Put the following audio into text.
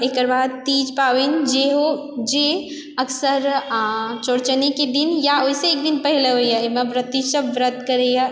एकरबाद तीज पाबनि जेहो जे अक्सर चौरचनेके दिन या ओइसँ एक दिन पहिले होइए अइमे व्रति सब व्रत करइ